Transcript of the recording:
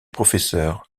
professeur